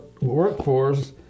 workforce